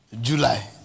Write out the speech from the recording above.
july